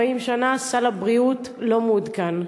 40 שנה סל הבריאות לא מעודכן.